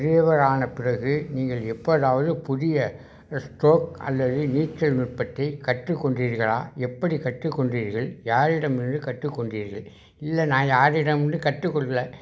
பெரியவரான பிறகு நீங்கள் எப்போதாவது புதிய ஸ்ட்ரோக் அல்லது நீச்சல் நுட்பத்தை கற்றுக்கொண்டீர்களா எப்படி கற்றுக்கொண்டீர்கள் யாரிடமிருந்து கற்றுக்கொண்டீர்கள் இல்லை நான் யாரிடமிந்து கற்றுக்கொள்ளுதல்